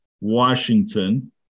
Washington